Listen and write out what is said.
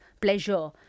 pleasure